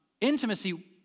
Intimacy